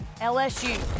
LSU